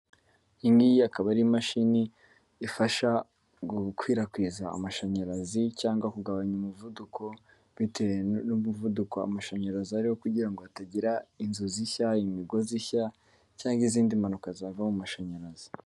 Iyi nk'iyi akaba ari imashini ifasha gukwirakwiza amashanyarazi cyangwa kugabanya umuvuduko bitewe n'umuvuduko amashanyarazi ari kugira ngo hatagira inzu zishya imigozi inshya cyangwa izindi mpanuka zava mumashanyarazi.